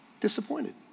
Disappointed